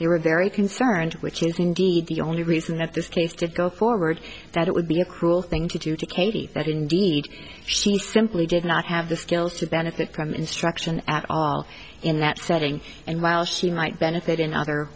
men here were very concerned which is indeed the only reason that this case did go forward that it would be a cruel thing to do to katie that indeed she simply did not have the skills to benefit from instruction at all in that setting and while she might benefit in other